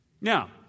Now